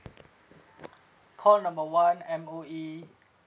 call number one M_O_E